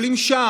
אבל אם שם,